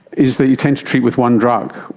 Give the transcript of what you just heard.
is that you tend to treat with one drug,